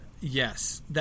Yes